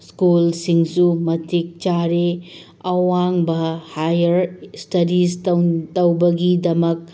ꯁ꯭ꯀꯨꯜꯁꯤꯡꯁꯨ ꯃꯇꯤꯛ ꯆꯥꯔꯦ ꯑꯋꯥꯡꯕ ꯍꯥꯏꯌ꯭ꯔ ꯏꯁꯇꯗꯤꯁ ꯇꯧꯕꯒꯤꯗꯃꯛ